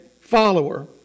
follower